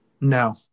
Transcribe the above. No